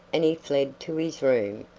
and he fled to his room,